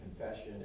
confession